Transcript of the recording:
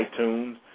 iTunes